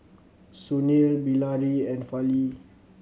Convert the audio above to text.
Sunil Bilahari and Fali